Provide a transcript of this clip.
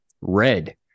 red